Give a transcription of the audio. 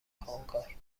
کامکار